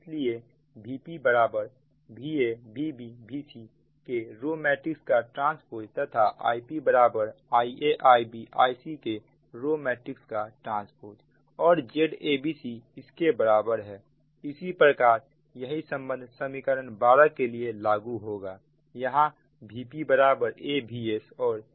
इसलिए Vp बराबर Va Vb VcT तथा IpIa Ib IcT और Zabc इसके बराबर है इस प्रकार यही संबंध समीकरण 12 के लिए लागू होगा यहां VpAVsऔर IpAIsहै